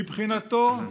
מבחינתו,